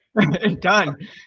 Done